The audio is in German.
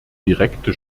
direkte